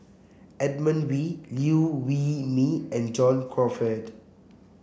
Edmund Wee Liew Wee Mee and John Crawfurd